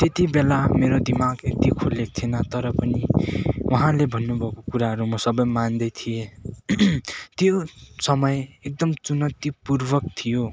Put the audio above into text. त्यतिबेला मेरो दिमाग यति खुलिएको थिएन तर पनि उहाँले भन्नु भएको कुराहरू म सबै मान्दैथिएँ त्यो समय एकदम चुनौतीपूर्वक थियो